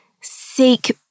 Seek